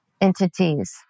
entities